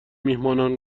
میهمانان